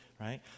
right